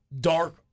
dark